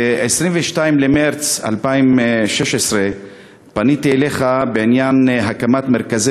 ב-22 במרס 2016 פניתי אליך בעניין הקמת מרכזי